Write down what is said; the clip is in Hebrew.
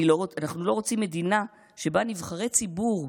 אנחנו לא רוצים מדינה שבה נבחרי ציבור,